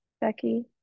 Becky